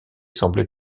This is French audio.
semble